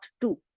two